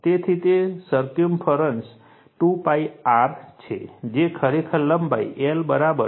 તેથી તે circumference 2 π r છે જે ખરેખર લંબાઈ l 2 π r છે